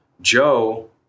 Joe